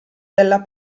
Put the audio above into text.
della